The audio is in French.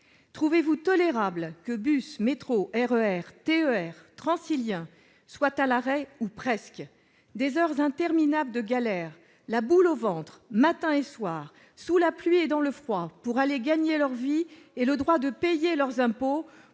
Trouvez-vous tolérable que bus, métros, RER, TER, Transiliens soient à l'arrêt ou presque ? Des heures interminables de galère, la boule au ventre, matin et soir, sous la pluie et dans le froid, pour aller gagner leur vie et le droit de payer leurs impôts